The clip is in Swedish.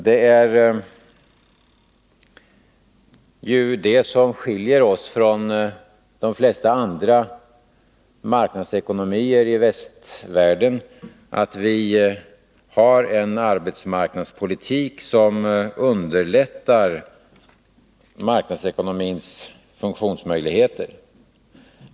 Det som skiljer oss från de flesta andra marknadsekonomier i västvärlden är ju att vi har en arbetsmarknadspolitik som underlättar marknadsekonomins funktionsmöjligheter.